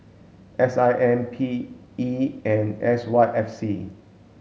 S I M P E and S Y F C